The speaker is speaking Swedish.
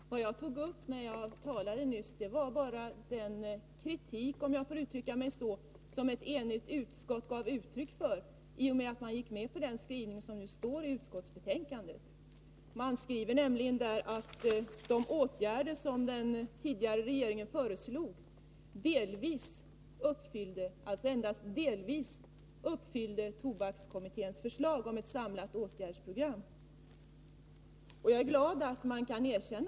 Herr talman! Vad jag tog upp i mitt anförande nyss var bara den kritik — om jag får kalla det så — som ett enigt utskott gav uttryck för i och med att man gick med på den skrivning som nu finns i utskottsbetänkandet. Utskottet skriver nämligen, att de åtgärder som den tidigare regeringen föreslog, delvis — alltså endast delvis — tillgodoser önskemålen om ett samlat åtgärdsprogram, i enlighet med tobakskommitténs förslag.